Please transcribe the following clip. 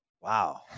wow